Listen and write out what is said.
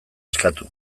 eskatu